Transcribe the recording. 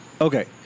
okay